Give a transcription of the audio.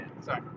Sorry